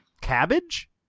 Cabbage